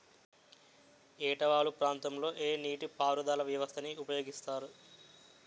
ఏట వాలు ప్రాంతం లొ ఏ నీటిపారుదల వ్యవస్థ ని ఉపయోగిస్తారు?